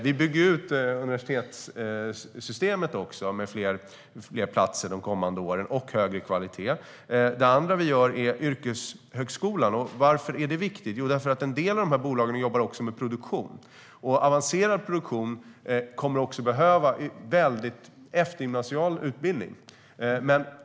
Vi bygger ut universitetssystemet med fler platser de kommande åren med högre kvalitet. Det andra vi gör gäller yrkeshögskolan. Varför är det viktigt? Jo, därför att en del av dessa bolag också jobbar med produktion. Avancerad produktion kommer att behöva personer med eftergymnasial utbildning.